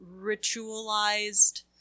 ritualized